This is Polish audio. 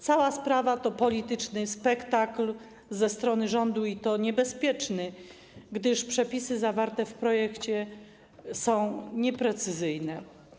Cała sprawa to polityczny spektakl ze strony rządu, i to niebezpieczny, gdyż przepisy zawarte w projekcie są nieprecyzyjne.